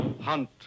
hunt